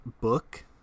book